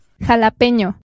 Jalapeño